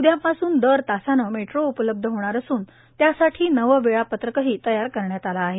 उद्या पासून दर तासाने मेट्रो उपलब्ध होणार असून त्यासाठी नवे वेळापत्रकही तयार करण्यात आले आहे